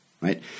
right